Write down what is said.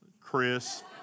Chris